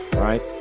Right